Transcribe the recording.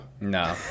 no